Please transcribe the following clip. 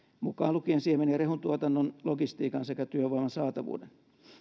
mukaan lukien siemen ja rehuntuotannon logistiikan sekä työvoiman saatavuuden